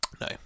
No